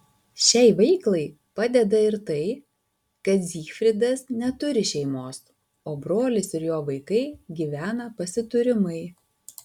šiai veiklai padeda ir tai kad zygfridas neturi šeimos o brolis ir jo vaikai gyvena pasiturimai